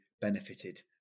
benefited